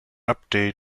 update